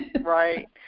Right